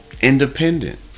Independent